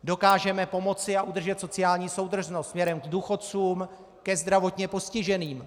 Dokážeme pomoci a udržet sociální soudržnost směrem k důchodcům, ke zdravotně postiženým.